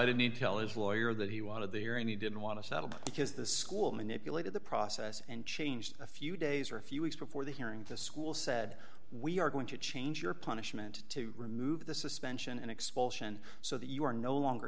don't need to tell his lawyer that he wanted the hearing he didn't want to settle because the school manipulated the process and changed a few days or a few weeks before the hearing the school said we are going to change your punishment to remove the suspension and expulsion so that you are no longer